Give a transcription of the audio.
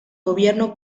gobierno